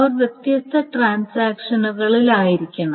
അവർ വ്യത്യസ്ത ട്രാൻസാക്ഷനുകളിലായിരിക്കണം